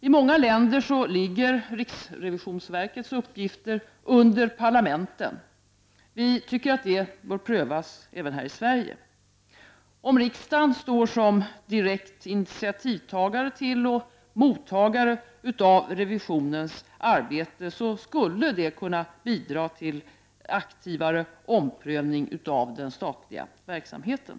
I många länder ligger riksrevisionsverkens uppgift under parlamenten. Vi tycker att det bör prövas även här i Sverige. Om riksdagen står som direkt initiativtagare till och mottagare av revisionens arbete skulle det kunna bidra till aktivare omprövning av den statliga verksamheten.